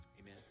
Amen